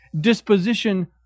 disposition